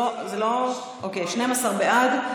אוקיי, 12 בעד.